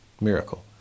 miracle